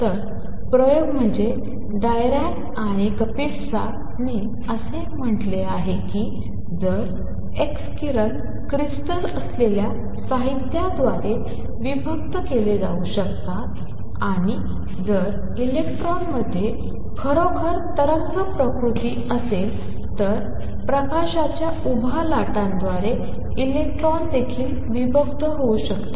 तर प्रयोग म्हणजे Dirac आणि Kapitsa ने असे म्हटले आहे की जर x किरण क्रिस्टल असलेल्या साहित्याद्वारे विभक्त केले जाऊ शकतात आणि जर इलेक्ट्रॉनमध्ये खरोखर तरंग प्रकृति असेल तर प्रकाशाच्या उभ्या लाटाद्वारे इलेक्ट्रॉन देखील विभक्त होऊ शकतात